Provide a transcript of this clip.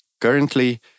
Currently